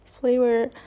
flavor